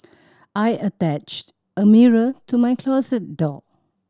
I attached a mirror to my closet door